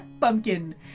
Pumpkin